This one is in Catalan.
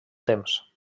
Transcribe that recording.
temps